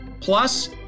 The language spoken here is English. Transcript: Plus